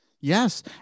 Yes